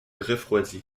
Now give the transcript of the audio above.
refroidit